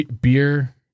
Beer